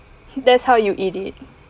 that's how you eat it